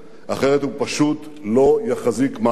אחרת הוא פשוט לא יחזיק מעמד.